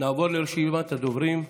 נעבור לרשימת הדוברים.